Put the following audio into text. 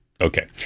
Okay